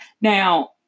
Now